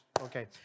okay